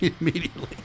immediately